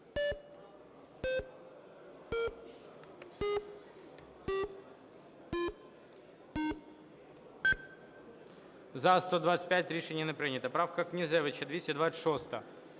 За-125 Рішення не прийнято. Правка Князевича, 226-а.